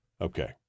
Okay